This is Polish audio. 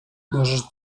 możesz